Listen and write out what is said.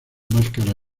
máscara